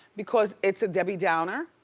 because it's a debbie downer,